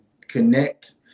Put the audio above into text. connect